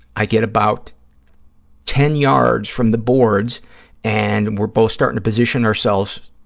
i get about ten yards from the boards and we're both starting to position ourselves,